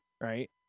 right